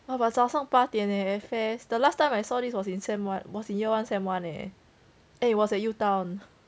!wah! but 早上八点 eh at F_A_S_S the last time I saw this was in sem one was in year one sem one leh and it was at U town